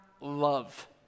love